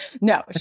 No